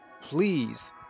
Please